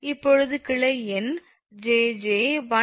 இப்போது கிளை எண் 𝑗𝑗 1234567